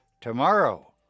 Tomorrow